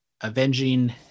avenging